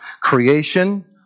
Creation